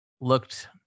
looked